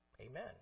Amen